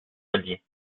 allier